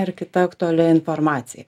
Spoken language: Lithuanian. ir kita aktualia informacija